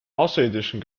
außerirdischen